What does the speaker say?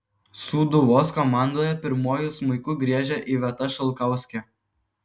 sūduvos komandoje pirmuoju smuiku griežia iveta šalkauskė